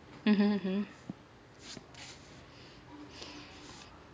mmhmm mmhmm